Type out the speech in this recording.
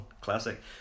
classic